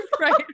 Right